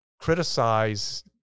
criticize